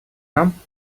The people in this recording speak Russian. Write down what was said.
нам